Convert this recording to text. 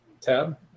tab